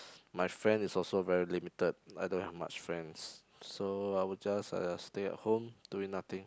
my friends is also very limited I don't have much friends so I would just uh stay at home doing nothing